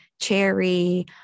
cherry